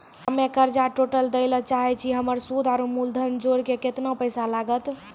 हम्मे कर्जा टोटल दे ला चाहे छी हमर सुद और मूलधन जोर के केतना पैसा लागत?